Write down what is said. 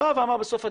בא ואמר בסוף הדיון,